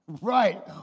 Right